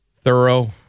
Thorough